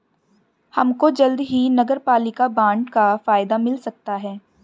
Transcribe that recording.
हमको जल्द ही नगरपालिका बॉन्ड का फायदा मिल सकता है